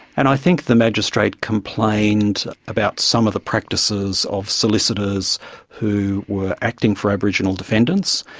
and i think the magistrate complained about some of the practices of solicitors who were acting for aboriginal defendants,